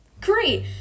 great